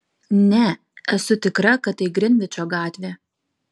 ne esu tikra kad tai grinvičo gatvė